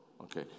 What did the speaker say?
okay